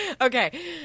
okay